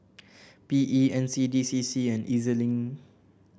P E N C D C C and E Z Link